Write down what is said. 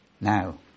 Now